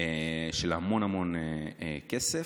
של המון המון כסף,